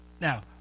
Now